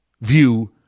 view